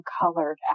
colored